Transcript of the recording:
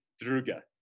Druga